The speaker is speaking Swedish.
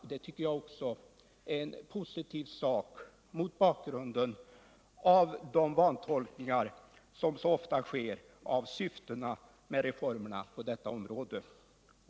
Enligt min mening är detta positivt mot bakgrund av de vantolkningar som så ofta sker av syftena med reformerna på detta område.